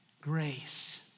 grace